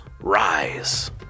rise